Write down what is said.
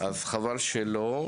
חבל שלא.